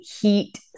heat